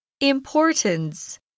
Importance